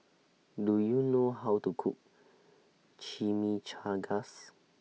Do YOU know How to Cook Chimichangas